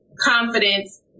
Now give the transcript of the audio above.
confidence